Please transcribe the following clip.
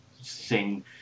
sing